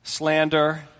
Slander